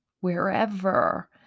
wherever